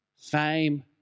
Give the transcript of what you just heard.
fame